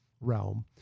realm